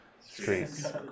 Streets